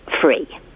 free